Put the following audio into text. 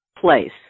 place